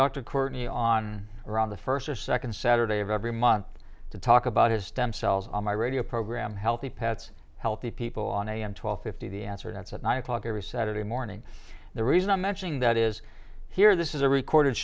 dr courtney on around the first or second saturday of every month to talk about his stem cells on my radio program healthy pets healthy people on am twelve fifty the answer that's at nine o'clock every saturday morning the reason i'm mentioning that is here this is a recorded